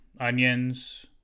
onions